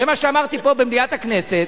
זה מה שאמרתי פה, במליאת הכנסת.